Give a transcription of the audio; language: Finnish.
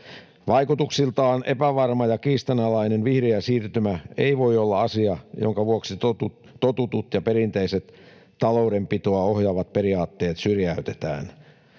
Vaikutuksiltaan epävarma ja kiistanalainen vihreä siirtymä ei voi olla asia, jonka vuoksi totutut ja perinteiset taloudenpitoa ohjaavat periaatteet syrjäytetään.